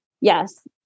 yes